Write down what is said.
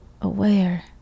Aware